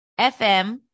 FM